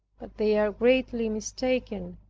but they are greatly mistaken,